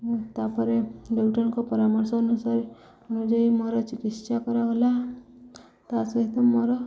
ତା'ପରେ ଡକ୍ଟରଙ୍କ ପରାମର୍ଶ ଅନୁସାରେ ଅନୁଯାୟୀ ମୋର ଚିକିତ୍ସା କରାଗଲା ତା' ସହିତ ମୋର